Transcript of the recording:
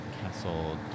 Castle